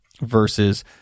versus